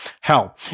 Hell